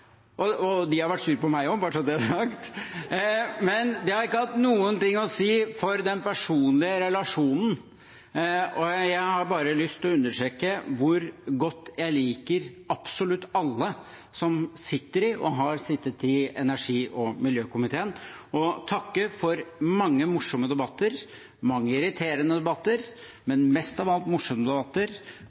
for den personlige relasjonen. Jeg har bare lyst til å understreke hvor godt jeg liker absolutt alle som sitter i, og har sittet i, energi- og miljøkomiteen, og takke for mange morsomme debatter – mange irriterende debatter, men mest av alt